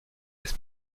des